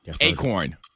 Acorn